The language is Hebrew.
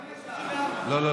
לא.